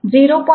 2 किंवा 0